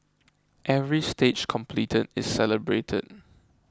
every stage completed is celebrated